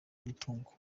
umutungo